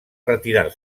retirar